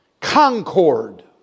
Concord